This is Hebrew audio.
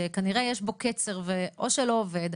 שכנראה יש בו קצר ואו שזה לא עובד,